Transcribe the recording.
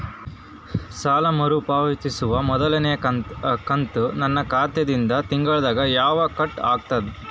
ಸಾಲಾ ಮರು ಪಾವತಿಸುವ ಮೊದಲನೇ ಕಂತ ನನ್ನ ಖಾತಾ ದಿಂದ ತಿಂಗಳದಾಗ ಯವಾಗ ಕಟ್ ಆಗತದ?